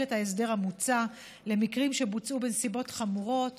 את ההסדר המוצע למקרים שבוצעו בנסיבות חמורות